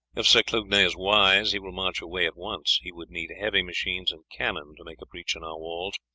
if sir clugnet is wise he will march away at once. he would need heavy machines and cannon to make a breach in our walls,